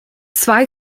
zwei